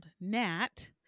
Nat